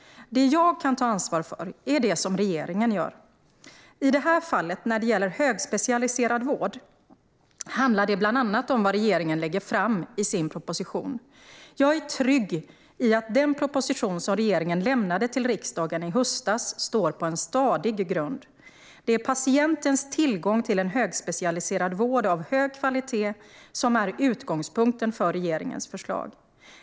Det jag kan ta ansvar för är det som regeringen gör. I det här fallet, när det gäller högspecialiserad vård, handlar det bland annat om vad regeringen lägger fram i sin proposition. Jag är trygg i att den proposition som regeringen lämnade till riksdagen i höstas står på en stadig grund. Det är patientens tillgång till högspecialiserad vård av hög kvalitet som är utgångspunkten för regeringens förslag.